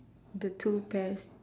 the two pairs